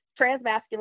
transmasculine